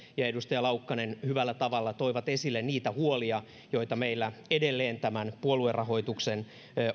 ja edustaja laukkanen hyvällä tavalla toivat esille niitä huolia joita meillä edelleen puoluerahoituksen